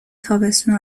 تابستون